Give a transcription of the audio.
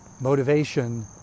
motivation